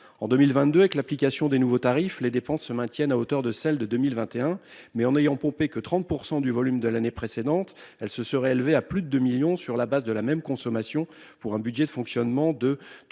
en 2022 avec l'application des nouveaux tarifs les dépenses se maintiennent à hauteur de celle de 2021, mais en ayant pompé que 30% du volume de l'année précédente. Elle se serait élevé à plus de 2 millions sur la base de la même consommation pour un budget de fonctionnement de 3